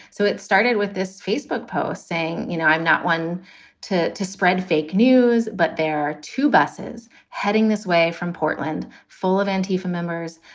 so it started with this facebook post saying, you know, i'm not one to to spread fake news, but there are two buses heading this way from portland full of anti four members.